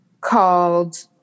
called